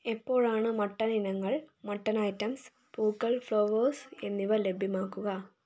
എപ്പോഴാണ് മട്ടൺ ഇനങ്ങൾ mutton items പൂക്കൾ ഫ്ലവേഴ്സ് എന്നിവ ലഭ്യമാകുക